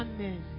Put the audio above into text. Amen